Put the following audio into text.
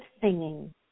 singing